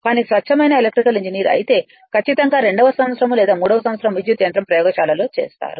కానీ స్వచ్ఛమైన electrical engineer అయితే ఖచ్చితంగా రెండవ సంవత్సరం లేదా మూడవ సంవత్సరం విద్యుత్ యంత్రం ప్రయోగశాలలో చూస్తారు